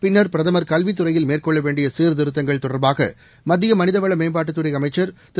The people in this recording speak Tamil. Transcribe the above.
பின்னா் பிரதம் கல்வித்துறையில் மேற்கொள்ள வேண்டிய சீாதிருத்தங்கள் தொடா்பாக மத்திய மனிதவள மேம்பாட்டுத்துறை அமைச்சர் திரு